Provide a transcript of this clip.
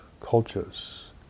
cultures